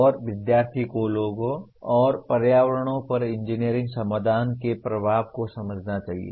और विद्यार्थी को लोगों और पर्यावरण पर इंजीनियरिंग समाधान के प्रभाव को समझना चाहिए